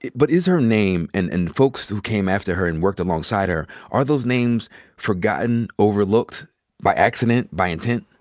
but is her name and and folks who came after her and worked alongside her, are those names forgotten, overlooked by accident, by intent?